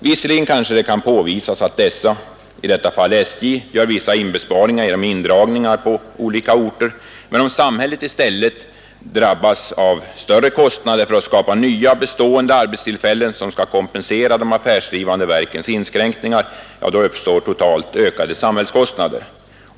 Visserligen kanske det kan påvisas att dessa — i detta fall SJ — gör vissa inbesparingar genom indragningar på vissa orter, men om samhället i stället drabbas av större kostnader för att skapa nya bestående arbetstillfällen, som skall kompensera de affärsdrivande verkens inskränkningar, uppstår totalt ökade samhällskostnader.